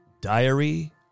Diary